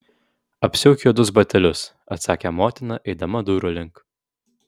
apsiauk juodus batelius atsakė motina eidama durų link